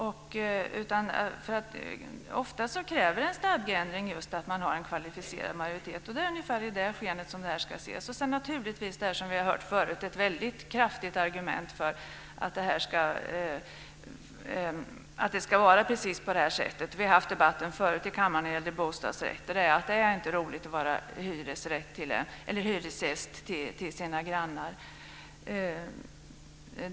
Ofta kräver en stadgeändring just att man har en kvalificerad majoritet. Det är ungefär mot den bakgrunden som det här ska ses. Som vi har hört förut, är det naturligtvis ett väldigt kraftigt argument för att det ska vara precis på det här sättet. Vi har förut haft en debatt i kammaren när det gällt bostadsrätter där det har sagts att det inte är roligt att vara hyresgäst hos sina grannar.